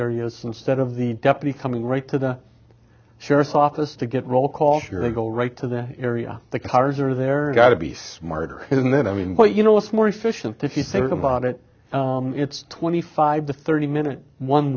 areas instead of the deputy coming right to the sheriff's office to get roll call to go right to the area the cars are there got to be smarter than that i mean but you know it's more efficient if you think about it it's twenty five to thirty minutes one